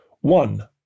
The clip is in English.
one